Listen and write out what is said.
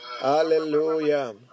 hallelujah